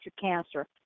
cancer